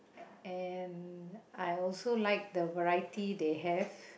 and I also like the variety they have